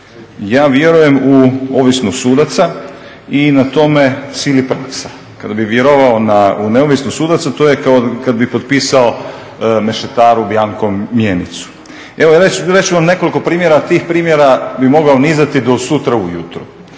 Ja vjerujem u ovisnost sudaca i na tome …. Kada bih vjerovao u neovisnost sudaca, to je kao kad bih potpisao … bjanko mjenicu. Evo, reći ću vam nekoliko primjera, a tih primjera bih mogao nizati do sutra ujutro.